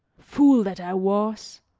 fool that i was!